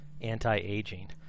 anti-aging